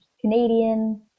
Canadian